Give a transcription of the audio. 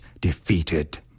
defeated